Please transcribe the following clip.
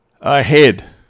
ahead